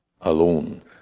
alone